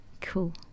cool